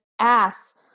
ass